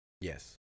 Yes